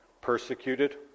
persecuted